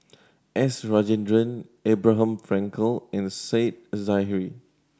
S Rajendran Abraham Frankel and Said Zahari